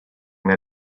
that